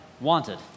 wanted